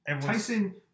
Tyson